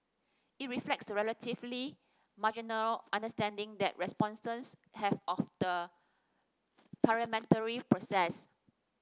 it reflects the relatively marginal understanding that respondents have of the parliamentary process